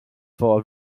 for